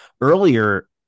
Earlier